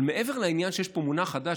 אבל מעבר לעניין שיש פה מונח חדש,